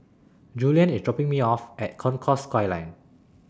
Julien IS dropping Me off At Concourse Skyline